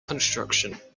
construction